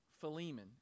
Philemon